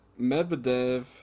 Medvedev